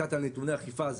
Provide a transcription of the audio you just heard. רצת על נתוני אכיפה.